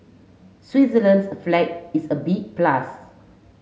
Switzerland's flag is a big plus